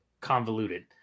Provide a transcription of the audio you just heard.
convoluted